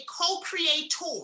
co-creator